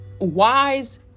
wise